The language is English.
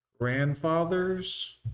grandfathers